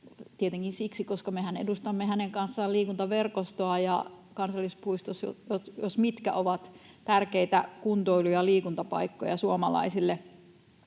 Tietenkin siksi, että mehän edustamme hänen kanssaan liikuntaverkostoa ja kansallispuistot jos mitkä ovat tärkeitä kuntoilu- ja liikuntapaikkoja suomalaisille.